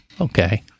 Okay